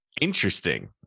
Interesting